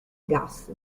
gas